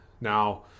Now